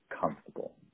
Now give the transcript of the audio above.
comfortable